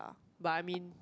but I mean